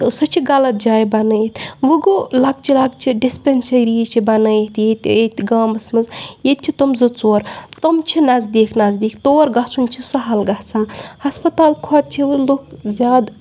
تہٕ سُہ چھِ غَلط جایہِ بَنٲیِتھ وۄنۍ گوٚو لۄکچہِ لۄکچہِ ڈِسپَنسٔریٖز چھِ بَنٲیِتھ ییٚتہِ ییٚتہِ گامَس منٛز ییٚتہِ چھِ تِم زٕ ژور تِم چھِ نَزدیٖک نزدیٖک تور گَژھُن چھِ سَہَل گَژھان ہَسپَتال کھۄتہٕ چھِ وۄنۍ لُکھ زیادٕ